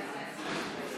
את